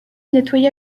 nettoya